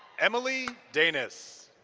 emily danis.